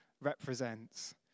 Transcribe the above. represents